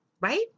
Right